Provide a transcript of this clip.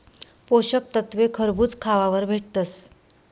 पोषक तत्वे खरबूज खावावर भेटतस